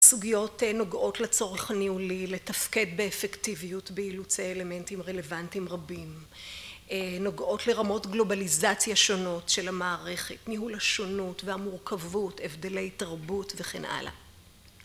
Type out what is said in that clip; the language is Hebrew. סוגיות נוגעות לצורך הניהולי, לתפקד באפקטיביות באילוץ אלמנטים רלוונטיים רבים. נוגעות לרמות גלובליזציה שונות של המערכת, ניהול השונות והמורכבות, הבדלי תרבות וכן הלאה.